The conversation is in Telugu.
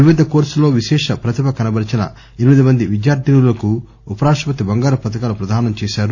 వివిధ కోర్పుల్లో విశేష ప్రతిభ కనబర్చిన ఎనిమిదిమంది విద్యార్ధినులకు ఉపరాష్టపతి బంగారు పతకాలు ప్రదానం చేశారు